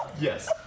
Yes